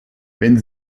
wenn